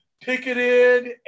picketed